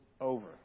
over